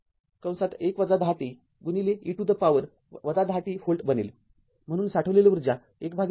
०५१ १० t e to the power १०t volt बनेल म्हणून साठविलेली ऊर्जा १२ Li २ आहे